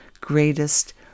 greatest